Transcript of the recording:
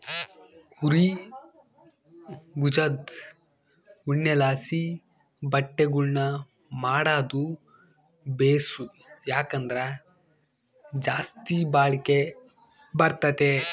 ಕುರೀ ಬುಜದ್ ಉಣ್ಣೆಲಾಸಿ ಬಟ್ಟೆಗುಳ್ನ ಮಾಡಾದು ಬೇಸು, ಯಾಕಂದ್ರ ಜಾಸ್ತಿ ಬಾಳಿಕೆ ಬರ್ತತೆ